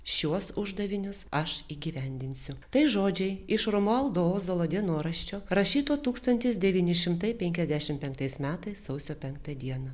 šiuos uždavinius aš įgyvendinsiu tai žodžiai iš romualdo ozolo dienoraščio rašyto tūkstantis devyni šimtai penkiasdešim penktais metais sausio penktą dieną